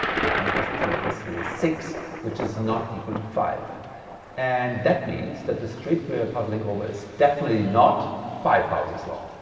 one plus two plus three is six which is not equal to five and that means that the street we are puzzling over is definitely not five houses long.